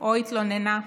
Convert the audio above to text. או התלוננה.